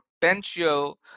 potential